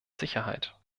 sicherheit